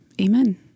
Amen